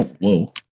whoa